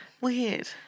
Weird